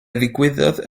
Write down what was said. ddigwyddodd